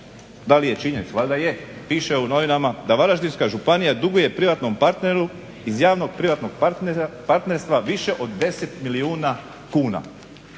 da li je činjenica, piše u novinama da Varaždinska županija duguje privatnom partneru iz javnog-privatnog partnerstva više od 10 milijuna kuna.